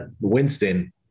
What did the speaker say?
Winston